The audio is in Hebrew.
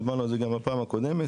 דיברנו על זה גם בפעם הקודמת,